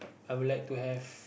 I would like to have